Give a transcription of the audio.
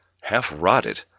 half-rotted